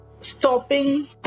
stopping